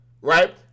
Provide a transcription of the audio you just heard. right